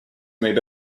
need